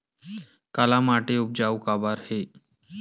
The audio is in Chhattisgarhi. काला माटी उपजाऊ काबर हे?